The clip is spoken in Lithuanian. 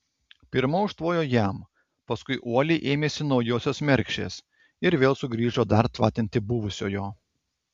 pirma užtvojo jam paskui uoliai ėmėsi naujosios mergšės ir vėl sugrįžo dar tvatinti buvusiojo